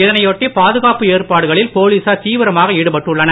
இதனையொட்டி பாதுகாப்பு ஏற்பாடுகளில் போலீசார் தீவிரமாக ஈடுபட்டுள்ளனர்